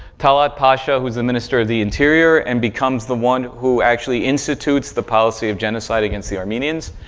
talaat pasha who's the minister of the interior and becomes the one who actually institutes the policy of genocide against the armenians,